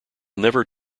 never